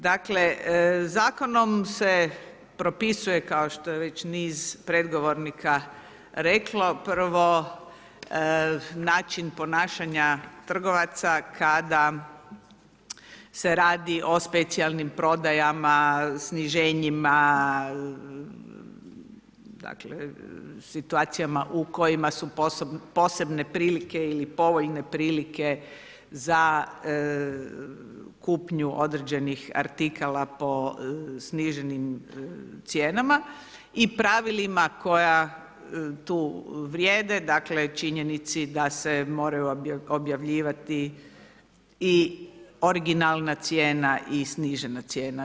Dakle, Zakonom se propisuje kao što je već niz predgovornika reklo, prvo način ponašanja trgovaca kada se radi o specijalnim prodajama, sniženjima, dakle situacijama u kojima su posebne prilike ili povoljne prilike za kupnju određenih artikala po sniženim cijenama i pravilima koja tu vrijede, dakle činjenici da se moraju objavljivati i originalna cijena i snižena cijena.